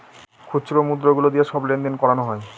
খুচরো মুদ্রা গুলো দিয়ে সব লেনদেন করানো হয়